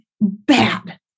bad